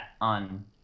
on